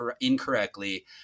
incorrectly